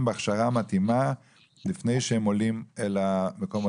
בהכשרה המתאימה לפני שהם עולים אל מקומות